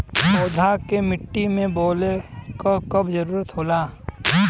पौधा के मिट्टी में बोवले क कब जरूरत होला